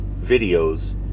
videos